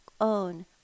own